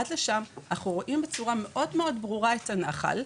עד לשם, אנחנו רואים בצורה מאוד ברורה את הנחל,